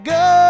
go